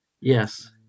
Yes